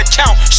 count